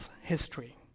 history